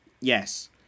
Yes